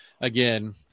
again